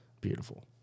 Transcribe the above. beautiful